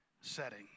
setting